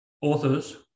Authors